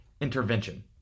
intervention